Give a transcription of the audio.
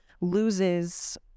loses